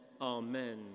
amen